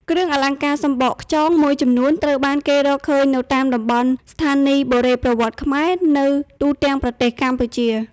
គ្រឿងអលង្ការសំបកខ្យងមួយចំនួនត្រូវបានគេរកឃើញនៅតាមតំបន់ស្ថានីយ៍បុរេប្រវត្តិខ្មែរ នៅទូទាំងប្រទេសកម្ពុជា។